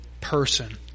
person